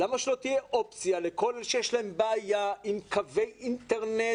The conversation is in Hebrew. למה שלא תהיה אופציה לכל אלה שיש להם בעיה עם קווי אינטרנט,